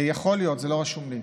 יכול להיות, זה לא רשום לי.